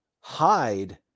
hide